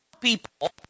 people